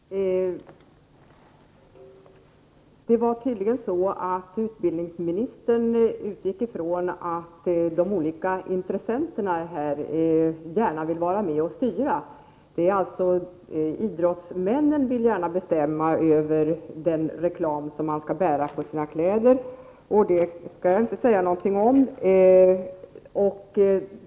Herr talman! Det var tydligen så, att utbildningsministern utgick ifrån att de olika intressenterna gärna vill vara med och styra. Idrottsmännen vill alltså gärna bestämma över reklamen på kläderna. Jag skall inte säga någonting om den saken.